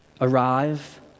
arrive